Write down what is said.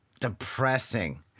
depressing